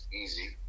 easy